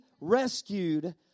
rescued